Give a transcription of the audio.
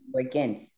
again